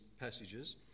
passages